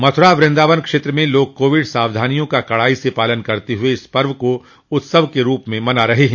मथुरा वृंदावन क्षेत्र में लोग कोविड सावधानियों का कड़ाई से पालन करते हुए इस पर्व को उत्सव के रूप में मना रहे हैं